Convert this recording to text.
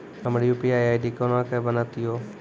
हमर UPI ID कोना के बनत यो?